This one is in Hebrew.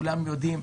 כולם יודעים.